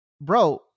bro